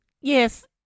Yes